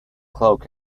cloak